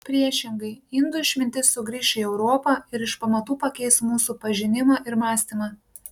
priešingai indų išmintis sugrįš į europą ir iš pamatų pakeis mūsų pažinimą ir mąstymą